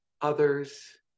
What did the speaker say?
others